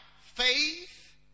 faith